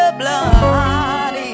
blood